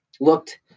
looked